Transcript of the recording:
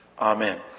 Amen